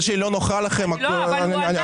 זה שהיא לא נוחה לכם אני מבין.